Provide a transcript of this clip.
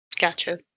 Gotcha